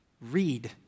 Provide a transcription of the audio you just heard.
Read